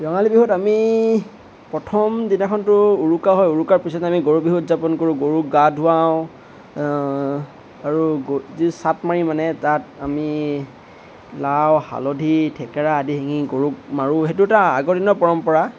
ৰঙালী বিহুত আমি প্ৰথম দিনাখনতো উৰুকা হয় উৰুকাৰ পিছত আমি গৰু বিহু উদযাপন কৰোঁ গৰুক গা ধুৱাওঁ আৰু যি চাট মাৰি মানে তাত আমি লাও হালধি থেকেৰা আদি শিঙি গৰুক মাৰোঁ সেইটো এটা আগৰ দিনৰ পৰম্পৰা